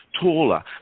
taller